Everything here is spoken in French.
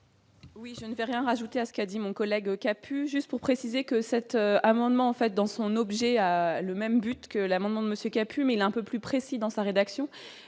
Oui, je ne peux rien ajouter à ce qu'a dit mon collègue qui a pu juste pour préciser que cette amendement fait dans son objet, a le même but que l'amendement de monsieur 1000 un peu plus précis dans sa rédaction